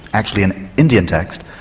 actually an indian text,